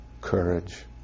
courage